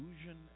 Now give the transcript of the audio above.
illusion